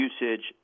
usage